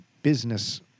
business